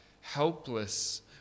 helpless